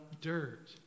dirt